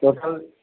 total